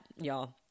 y'all